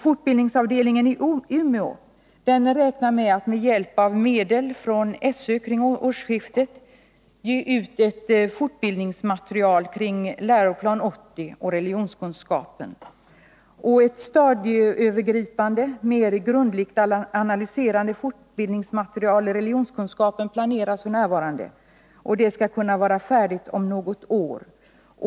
Fortbildningsavdelningen i Umeå räknar med att vid årsskiftet med hjälp av medel från SÖ ge ut ett fortbildningsmaterial avseende läroplan 80 och religionskunskapen. Ett stadieövergripande och grundligare analyserande fortbildningsmaterial i religionskunskap planeras f.n. Det beräknas vara färdigt om något år.